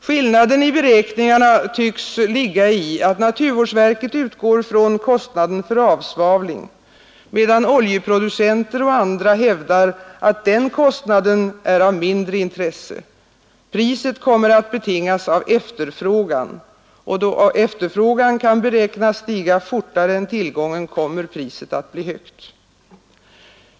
Skillnaden i beräkningarna tycks ligga i att naturvårdsverket utgår från kostnaden för avsvavling, medan oljeproducenter och andra hävdar att den kostnaden är av mindre intresse: priset kommer att betingas av efterfrågan, och då efterfrågan kan beräknas stiga fortare än tillgången, kommer priset att bli högt.